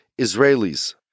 Israelis